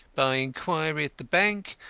by inquiry at the bank,